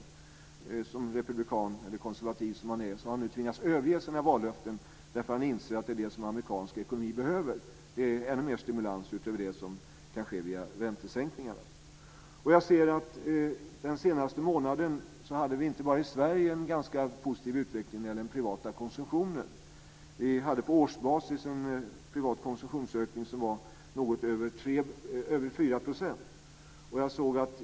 Trots att han är republikan och konservativ har han nu tvingats att överge sina vallöften därför att han inser att det är detta som amerikansk ekonomi behöver, dvs. ännu mer stimulans utöver den som kan ske via räntesäkningar. Den senaste månaden hade vi inte bara en positiv utveckling i Sverige av den privata konsumtionen. På årsbasis uppgick den privata konsumtionsökningen till något över 4 %.